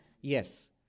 yes